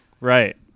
Right